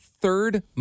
third